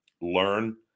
learn